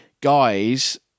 guys